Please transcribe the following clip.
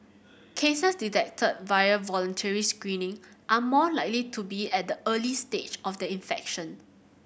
cases detected via voluntary screening are more likely to be at the early stage of their infection